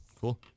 Cool